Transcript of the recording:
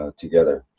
ah together.